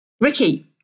Ricky